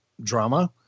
drama